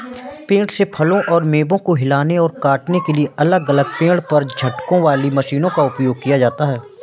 पेड़ से फलों और मेवों को हिलाने और काटने के लिए अलग अलग पेड़ पर झटकों वाली मशीनों का उपयोग किया जाता है